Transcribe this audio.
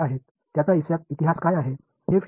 அப்படியென்றால் என்ன அதன் வரலாறு என்ன